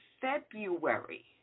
February